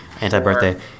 anti-birthday